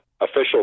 official